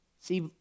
See